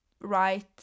right